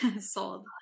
sold